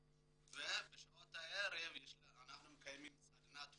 ובשעות הערב אנחנו מקיימים סדנת הורים,